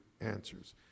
answers